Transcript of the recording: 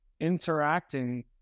interacting